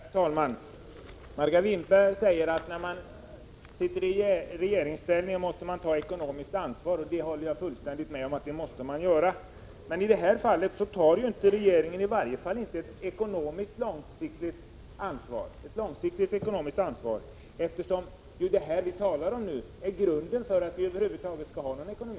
Herr talman! Margareta Winberg säger att man måste ta ekonomiskt ansvar när man tillhör regeringspartiet, och det håller jag fullständigt med om. Men i detta fall tar inte regeringen ett långsiktigt ekonomiskt ansvar, eftersom det vi nu talar om är grunden för att det över huvud taget skall finnas någon ekonomi.